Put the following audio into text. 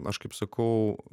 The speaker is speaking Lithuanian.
aš kaip sakau